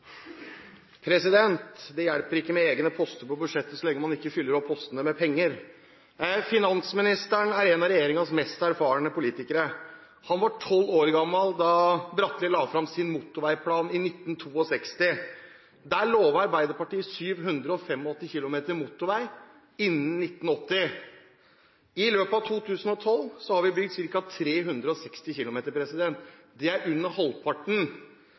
lenge man ikke fyller opp postene med penger. Finansministeren er en av regjeringens mest erfarne politikere. Han var 12 år gammel da Bratteli la fram sin motorveiplan i 1962. Der lovte Arbeiderpartiet 785 km motorvei innen 1980. I løpet av 2012 har vi bygd ca. 360 km. Det er under halvparten.